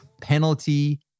penalty